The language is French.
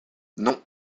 non